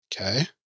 Okay